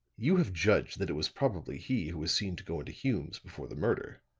you have judged that it was probably he who was seen to go into hume's before the murder?